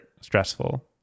stressful